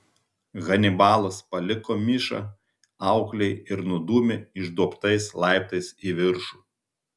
hanibalas paliko mišą auklei ir nudūmė išduobtais laiptais į viršų